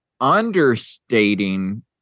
understating